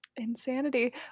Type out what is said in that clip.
Insanity